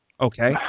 Okay